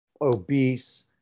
obese